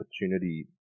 opportunity